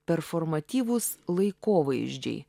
performatyvūs laikovaizdžiai